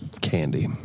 candy